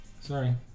Sorry